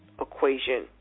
equation